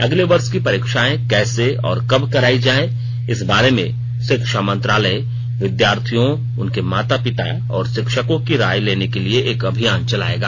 अगले वर्ष की परीक्षाएं कैसे और कब कराई जायें इस बारे में शिक्षा मंत्रालय विद्यार्थियों उनके माता पिता और शिक्षकों की राय लेने के लिए एक अभियान चलायेगा